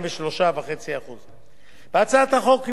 בהצעת החוק נקבעו הוראות מעבר לגבי מי